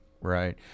Right